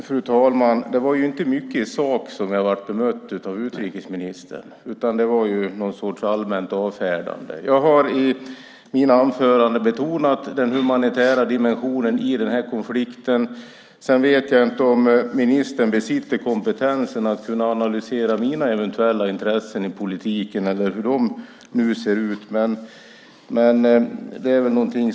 Fru talman! Det var inte mycket i sak som jag blev bemött av utrikesministern med. Det var någon sorts allmänt avfärdande. Jag har i mina anföranden betonat den humanitära dimensionen i den här konflikten. Jag vet inte om ministern besitter kompetensen att analysera mina eventuella intressen i politiken och hur de ser ut.